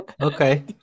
Okay